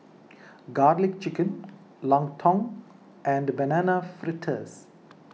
Garlic Chicken Lontong and Banana Fritters